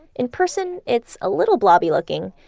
in person, it's a little blobby-looking,